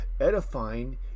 Edifying